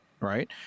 Right